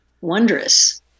wondrous